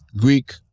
Greek